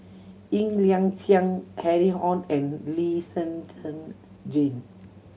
Ng Liang Chiang Harry Ord and Lee Shen Zhen Jane